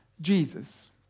Jesus